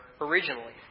originally